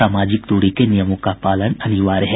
सामाजिक दूरी के नियमों का पालन अनिवार्य है